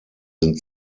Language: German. sind